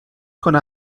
کنه